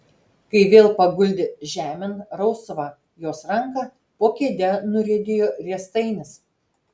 kai vėl paguldė žemėn rausvą jos ranką po kėde nuriedėjo riestainis